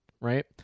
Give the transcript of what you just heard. right